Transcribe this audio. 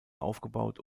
aufgebaut